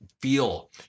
feel